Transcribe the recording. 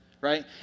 right